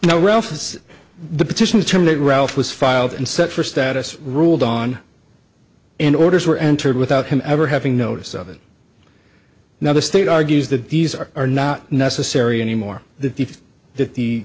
as the petitions term that ralph was filed and set for status ruled on and orders were entered without him ever having notice of it now the state argues that these are are not necessary anymore that the that the